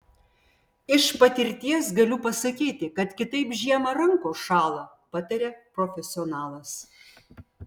iš patirties galiu pasakyti kad kitaip žiemą rankos šąla pataria profesionalas